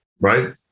Right